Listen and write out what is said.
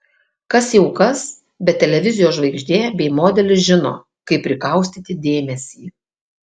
kas jau kas bet televizijos žvaigždė bei modelis žino kaip prikaustyti dėmesį